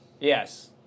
Yes